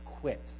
quit